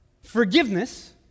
Forgiveness